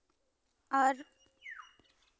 ᱟᱨ